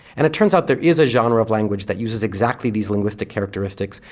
and it turns out there is a genre of language that uses exactly these linguistic characteristics,